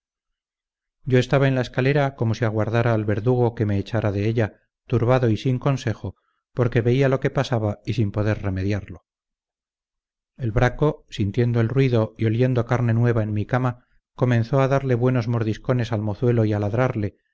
yo estaba en la escalera como si aguardara al verdugo que me echara de ella turbado y sin consejo porque veía lo que pasaba y sin poder remediarlo el braco sintiendo el ruido y oliendo carne nueva en mi cama comenzó a darle buenos mordiscones al mozuelo y a ladrarle